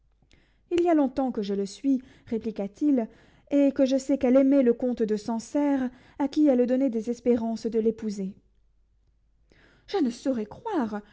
il y a longtemps que je le suis répliqua-t-il et que je sais qu'elle aimait le comte de sancerre à qui elle donnait des espérances de l'épouser je ne saurais croire